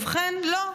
ובכן, לא.